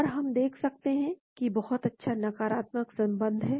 और हम देख सकते हैं कि बहुत अच्छा नकारात्मक संबंध है